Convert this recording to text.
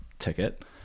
ticket